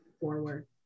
forward